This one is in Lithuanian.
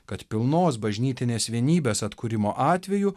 kad pilnos bažnytinės vienybės atkūrimo atveju